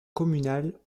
communale